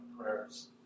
prayers